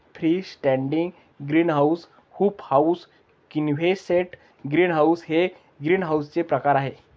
free standing greenhouse, hoop house, quonset greenhouse हे ग्रीनहाऊसचे प्रकार आहे